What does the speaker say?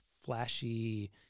flashy